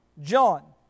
John